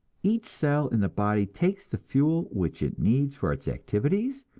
each cell in the body takes the fuel which it needs for its activities,